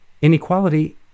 Inequality